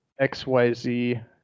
XYZ